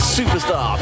superstar